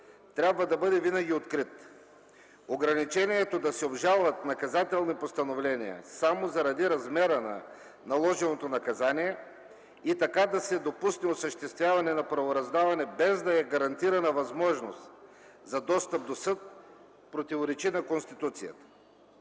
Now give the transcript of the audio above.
трябва да бъде винаги открит. Ограничението да се обжалват наказателни постановления само заради размера на наложеното наказание и така да се допусне осъществяване на правораздаване, без да е гарантирана възможност за достъп до съд, противоречи на Конституцията.